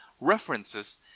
references